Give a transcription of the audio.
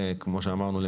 כמו שאמרנו,